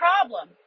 problem